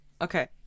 Okay